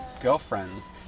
girlfriends